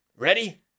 ready